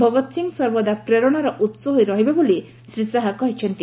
ଭଗତ ସିଂ ସର୍ବଦା ପ୍ରେରଣାର ଉତ୍ସ ହୋଇ ରହିବେ ବୋଲି ଶ୍ରୀ ଶାହା କହିଛନ୍ତି